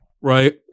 Right